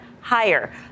higher